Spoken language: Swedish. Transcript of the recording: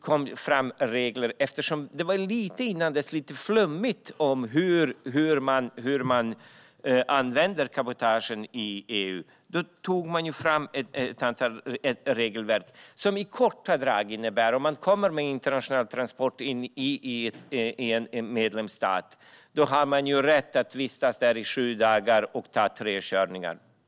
Tidigare var det lite flummigt när det gällde tillämpningen av cabotagereglerna. Därför tog man fram ett regelverk som i korta drag innebär att om man kommer med en internationell transport till en medlemsstat har man rätt att vistas där i sju dagar och ta tre körningar.